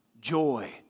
joy